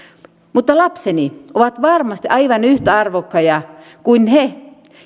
lapseni ovat varmasti aivan yhtä arvokkaita kuin he